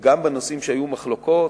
גם בנושאים שהיו עליהם מחלוקות,